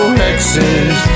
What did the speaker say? hexes